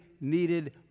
needed